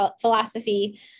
philosophy